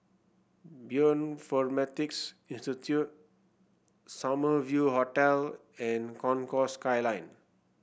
Bioinformatics Institute Summer View Hotel and Concourse Skyline